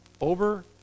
Over